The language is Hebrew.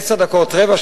עמידה לעמותות או ארגונים